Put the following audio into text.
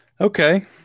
Okay